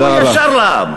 לכו ישר לעם.